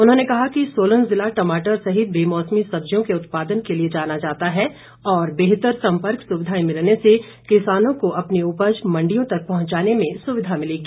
उन्होंने कहा कि सोलन जिला टमाटर सहित बेमौसमी सब्जियों के उत्पादन के लिए जाना जाता है और बेहतर संपर्क सुविधाएं मिलने से किसानों को अपनी उपज मंडियों तक पहुंचाने में सुविधा मिलेगी